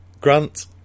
Grant